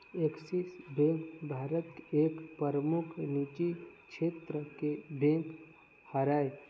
Axis bank Bharat के एक परमुख निजी छेत्र के बेंक हरय